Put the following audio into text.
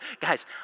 guys